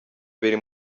biri